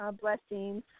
blessings